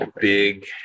big